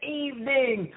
evening